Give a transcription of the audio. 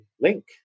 link